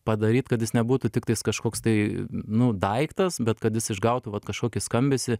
padaryt kad jis nebūtų tiktais kažkoks tai nu daiktas bet kad jis išgautų vat kažkokį skambesį